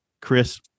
Chris